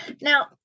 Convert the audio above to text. now